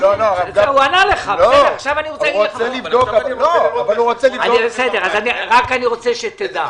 הוא ענה לך, אני רק רוצה שתדע,